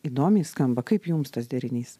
įdomiai skamba kaip jums tas derinys